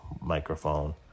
microphone